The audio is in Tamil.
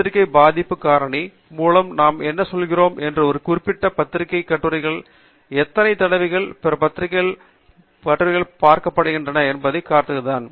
பத்திரிகை பாதிப்புக் காரணி மூலம் நாம் என்ன சொல்கிறோம் என்பது ஒரு குறிப்பிட்ட பத்திரிகையின் கட்டுரைகள் எத்தனை தடவைகள் பிற பத்திரிகைகள் மற்றும் பிற கட்டுரைகளால் குறிப்பிடப்படுகின்றன என்பதைப் பார்ப்பதுதான்